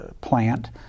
plant